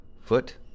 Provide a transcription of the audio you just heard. foot